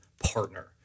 partner